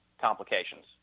complications